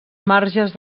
marges